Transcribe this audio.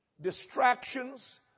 Distractions